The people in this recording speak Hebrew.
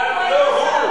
הוא, הוא.